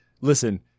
listen